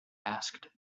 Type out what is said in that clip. asked